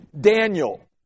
Daniel